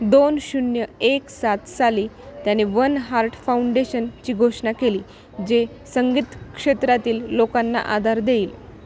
दोन शून्य एक सात साली त्याने वन हार्ट फाउंडेशनची घोषणा केली जे संगीत क्षेत्रातील लोकांना आधार देईल